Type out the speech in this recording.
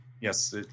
Yes